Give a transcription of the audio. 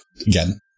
again